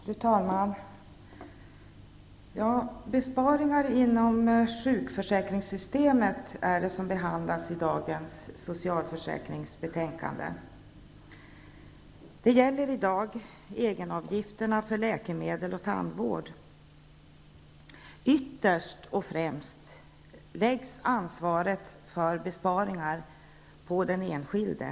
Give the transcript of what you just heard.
Fru talman! Det är besparingar inom sjukförsäkringssystemet som behandlas i dagens socialförsäkringsbetänkande. Det gäller gäller egenavgifterna för läkemedel och tandvård. Ansvaret för besparingar läggs ytterst och främst på den enskilde.